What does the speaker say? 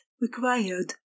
required